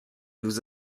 nous